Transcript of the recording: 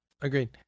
agreed